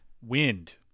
wind